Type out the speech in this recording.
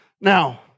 Now